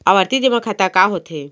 आवर्ती जेमा खाता का होथे?